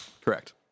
correct